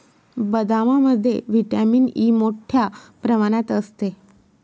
बदामामध्ये vitamin E मोठ्ठ्या प्रमाणात असते